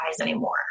anymore